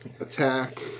Attack